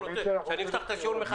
אני רוצה להמשיך לחיות היכן שאני גר.